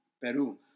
Peru